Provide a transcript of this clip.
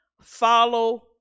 follow